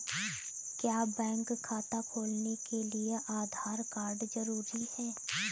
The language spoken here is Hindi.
क्या बैंक खाता खोलने के लिए आधार कार्ड जरूरी है?